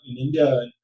India